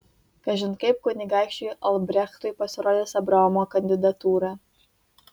kažin kaip kunigaikščiui albrechtui pasirodys abraomo kandidatūra